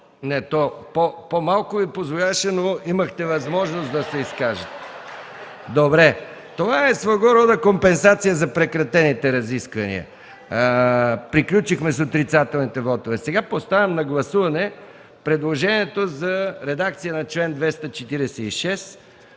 Не, по-малко Ви позволяваше, но имахте възможност да се изкажете. (Оживление в залата.) Това е своего рода компенсация за прекратените разисквания. Приключихме с отрицателните вотове. Поставям на гласуване предложението за редакция на чл. 246,